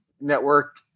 network